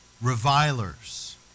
revilers